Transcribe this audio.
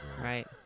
right